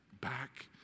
back